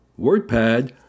WordPad